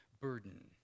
burden